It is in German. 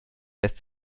lässt